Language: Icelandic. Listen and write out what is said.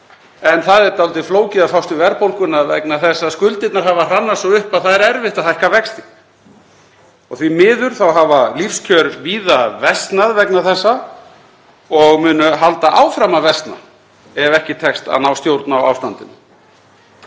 en það er dálítið flókið að fást við verðbólguna vegna þess að skuldirnar hafa hrannast svo upp að það er erfitt að hækka vexti. Því miður hafa lífskjör víða versnað vegna þessa og munu halda áfram að versna ef ekki tekst að ná stjórn á ástandinu.